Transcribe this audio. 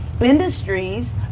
industries